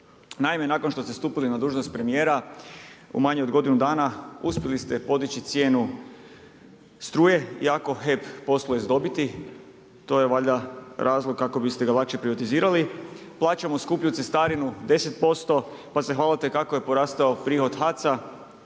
Naime, nakon što ste stupili na dužnost premijera u manje od godinu dana uspjeli ste podići cijenu struje, iako HEP posluje sa dobiti. To je valjda razlog kako biste ga lakše privatizirali. Plaćamo skuplju cestarinu 10%, pa se hvalite kako je porastao prihod HAC-a,